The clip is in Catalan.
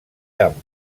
amb